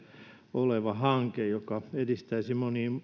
oleva hanke joka edistäisi